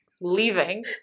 leaving